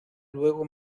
luego